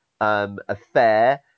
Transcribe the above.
affair